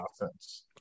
offense